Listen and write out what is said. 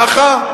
ככה?